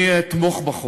אני אתמוך בחוק.